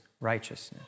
righteousness